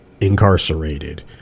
incarcerated